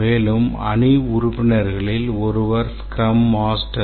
மேலும் அணி உறுப்பினர்களில் ஒருவர் ஸ்க்ரம் மாஸ்டர்